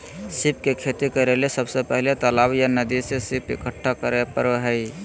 सीप के खेती करेले सबसे पहले तालाब या नदी से सीप इकठ्ठा करै परो हइ